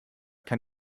kann